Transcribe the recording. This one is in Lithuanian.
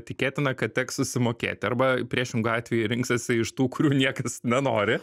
tikėtina kad teks susimokėti arba priešingu atveju rinksiesi iš tų kurių niekas nenori